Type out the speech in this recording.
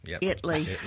Italy